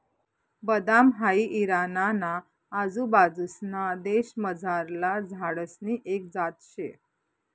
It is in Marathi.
बदाम हाई इराणा ना आजूबाजूंसना देशमझारला झाडसनी एक जात शे